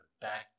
back